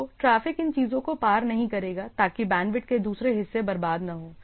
तो ट्रैफ़िक इन चीज़ों को पार नहीं करेगा ताकि बैंडविड्थ के दूसरे हिस्से बर्बाद न हों